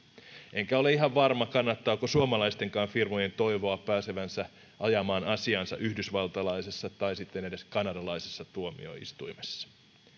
en ole ihan varma kannattaako suomalaistenkaan firmojen toivoa pääsevänsä ajamaan asiaansa yhdysvaltalaisessa tai sitten edes kanadalaisessa tuomioistuimessa